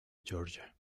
georgia